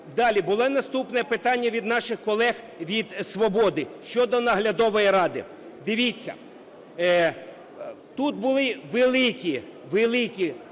Далі. Було наступне питання від наших коле: від "Свободи" щодо Наглядової ради. Дивіться, тут були великі